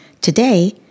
Today